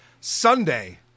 Sunday